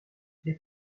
les